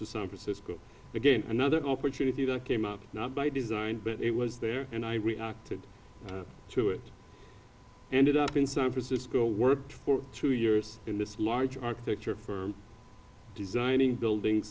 to san francisco again another opportunity that came up not by design but it was there and i reacted to it ended up in san francisco worked for two years in this large architecture firm designing buildings